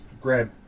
grab